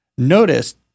Notice